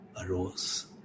arose